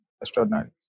extraordinary